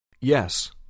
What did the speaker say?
Yes